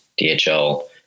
DHL